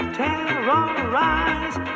terrorize